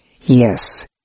Yes